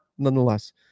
Nonetheless